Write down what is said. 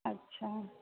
अच्छा